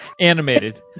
Animated